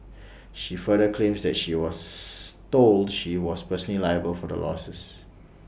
she further claims that she was told she was personally liable for the losses